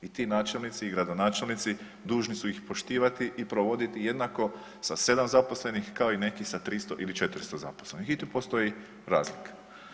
I ti načelnici i gradonačelnici dužni su ih poštivati i provoditi jednako sa sedam zaposlenih kao i neki sa 300 ili 400 zaposlenih i tu postoji razlika.